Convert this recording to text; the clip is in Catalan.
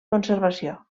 conservació